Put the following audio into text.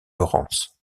laurence